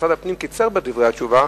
ומשרד הפנים קיצר בדברי התשובה,